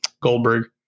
Goldberg